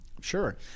Sure